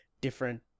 different